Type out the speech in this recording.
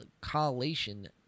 collation